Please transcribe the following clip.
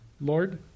Lord